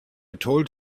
told